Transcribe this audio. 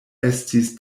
estis